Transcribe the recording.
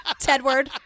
tedward